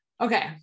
okay